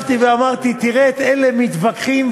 ואמרתי: תראה את אלה מתווכחים,